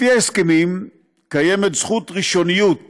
לפי ההסכמים, קיימת זכות ראשוניות